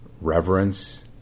reverence